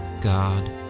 God